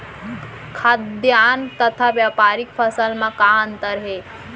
खाद्यान्न तथा व्यापारिक फसल मा का अंतर हे?